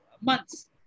months